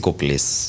place